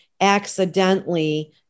accidentally